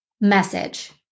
message